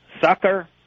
Sucker